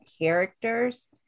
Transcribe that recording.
characters